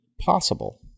possible